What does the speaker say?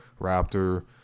Raptor